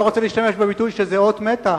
אני לא רוצה להשתמש בביטוי שזה אות מתה,